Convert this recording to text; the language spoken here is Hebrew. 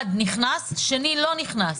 אחד נכנס, שני לא נכנס.